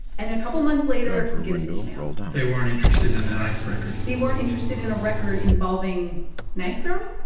and then a couple of months later, he gets an email they weren't interested in the knife record they weren't interested in a record involving knife-throwing?